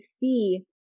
see